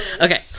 Okay